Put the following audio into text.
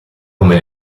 come